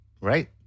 Right